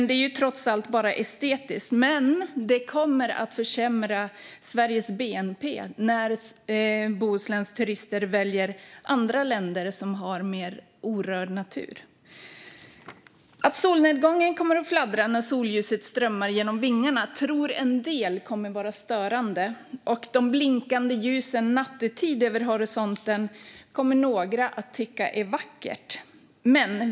Det är ju trots allt bara estetiskt, men det kommer att försämra Sveriges bnp när Bohusläns turister väljer andra länder som har mer orörd natur. Att solnedgången kommer att fladdra när solljuset strömmar genom vingarna tror en del kommer att vara störande, men de blinkande ljusen över horisonten nattetid kommer några att tycka är vackert.